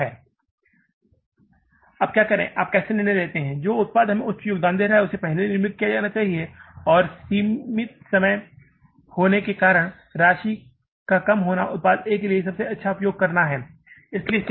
अब क्या आप कैसे निर्णय ले सकते हैं जो उत्पाद हमें उच्च योगदान दे रहा है पहले निर्मित किया जाना है और समय सीमित होने का कारक है राशि का कम होना उत्पाद A के लिए सबसे अच्छा उपयोग करना है